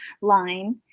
line